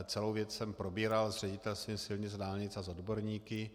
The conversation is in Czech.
Celou věc jsem probíral s Ředitelstvím silnic a dálnic a s odborníky.